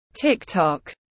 TikTok